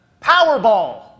Powerball